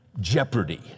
jeopardy